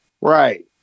Right